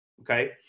okay